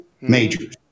majors